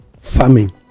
farming